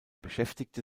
beschäftigte